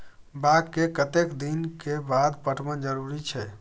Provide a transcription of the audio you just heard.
बाग के कतेक दिन के बाद पटवन जरूरी छै?